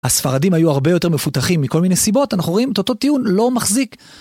הספרדים היו הרבה יותר מפותחים מכל מיני סיבות, אנחנו רואים את אותו טיעון לא מחזיק.